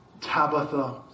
Tabitha